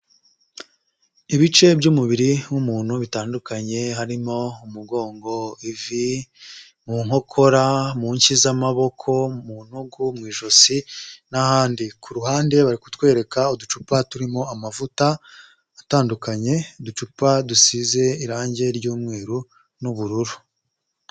Ibice by'umubiri w'umuntu bitandukanye, harimo umugongo, ivi, mu nkokora mu nshe z'amaboko, mu ntugu, mu ijosi n'ahandi, ku ruhande bari kutwereka uducupa turimo amavuta atandukanye, uducupa dusize irangi ry'umweru n'ubururu.